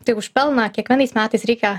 tai už pelną kiekvienais metais reikia